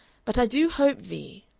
but i do hope, vee,